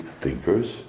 thinkers